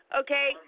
okay